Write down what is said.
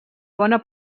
bona